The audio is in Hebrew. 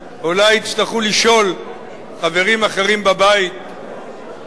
אולי יצטרכו לשאול חברים אחרים בבית האם